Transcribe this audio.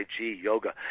yoga